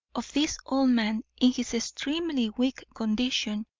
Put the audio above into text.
of this old man, in his extremely weak condition,